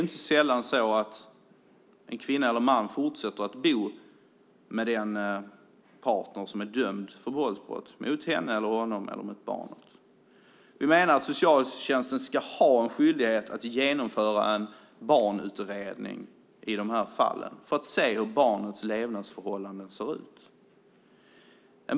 Inte sällan fortsätter en kvinna eller man att bo med den partner som är dömd för våldsbrott mot henne, honom eller barnen. Vi menar att socialtjänsten ska ha en skyldighet att genomföra en barnutredning i dessa fall för att se hur barnets levnadsförhållanden ser ut.